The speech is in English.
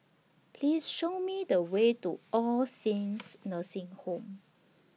Please Show Me The Way to All Saints Nursing Home